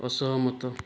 ଅସହମତ